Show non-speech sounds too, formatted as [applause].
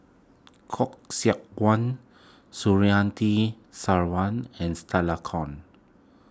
Khoo Seok Wan [unintelligible] Sarwan and Stella Kon